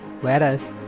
whereas